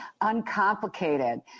uncomplicated